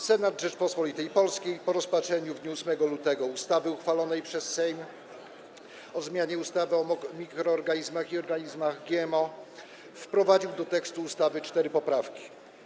Senat Rzeczypospolitej Polskiej po rozpatrzeniu w dniu 8 lutego uchwalonej przez Sejm ustawy o zmianie ustawy o mikroorganizmach i organizmach GMO wprowadził do tekstu ustawy cztery poprawki.